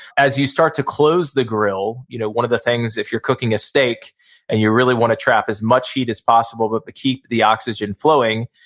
as you start to close the grill. you know one of the things, if you're cooking a steak and you really wanna trap as much heat as possible, but keep the oxygen flowing,